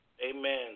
Amen